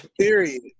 Period